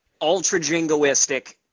ultra-jingoistic